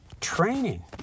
training